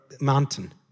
mountain